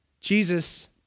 Jesus